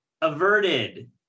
averted